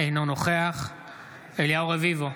אינו נוכח אליהו רביבו,